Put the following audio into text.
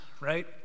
right